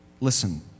Listen